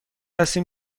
هستیم